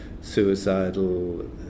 Suicidal